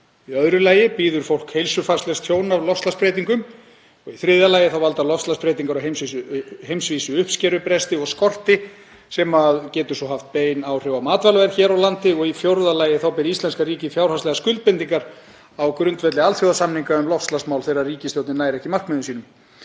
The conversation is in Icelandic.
Í öðru lagi bíður fólk heilsufarslegt tjón af loftslagsbreytingum. Í þriðja lagi valda loftslagsbreytingar á heimsvísu uppskerubresti og skorti sem getur svo haft bein áhrif á matvælaverð hér á landi. Í fjórða lagi ber íslenska ríkið fjárhagslegar skuldbindingar á grundvelli alþjóðasamninga um loftslagsmál þegar ríkisstjórnin nær ekki markmiðum sínum.